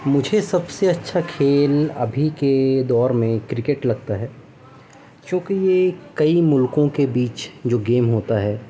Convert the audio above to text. مجھے سب سے اچھا کھیل ابھی کے دور میں کرکٹ لگتا ہے چونکہ کہ یہ کئی ملکوں کے بیچ جو گیم ہوتا ہے